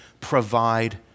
provide